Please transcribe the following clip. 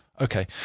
Okay